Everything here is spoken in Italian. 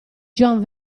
john